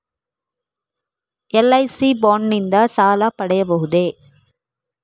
LIC bond ನಿಂದ ಸಾಲ ಪಡೆಯಬಹುದೇ?